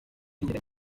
ярианд